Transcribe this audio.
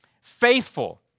faithful